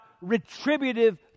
retributive